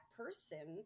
person